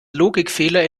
logikfehler